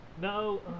No